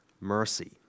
mercy